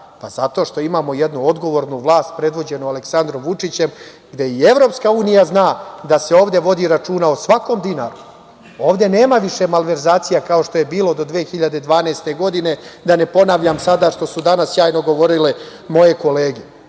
Zato što imamo jednu odgovornu vlast predvođenu Aleksandrom Vučićem, gde i EU zna da se ovde vodi računa o svakom dinaru. Ovde nema više malverzacija kao što je bilo do 2012. godine, da ne ponavljam sada, što su danas sjajno govorile moje kolege.